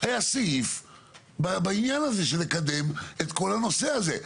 היה סעיף בעניין הזה של לקדם את כל הנושא הזה,